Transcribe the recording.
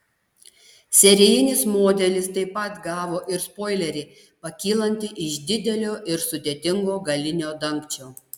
serijinis modelis taip pat gavo ir spoilerį pakylantį iš didelio ir sudėtingo galinio dangčio